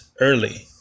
early